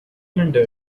calendar